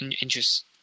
interest